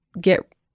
get